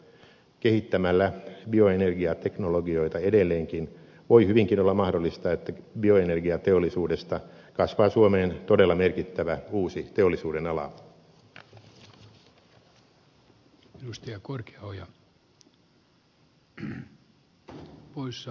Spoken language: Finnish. kehittämällä bioenergiateknologioita edelleenkin voi hyvinkin olla mahdollista että bioenergiateollisuudesta kasvaa suomeen todella merkittävä uusi teollisuudenala